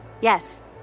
Yes